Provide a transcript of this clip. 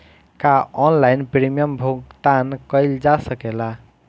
का online premium भुगतान कईल जा सकेला?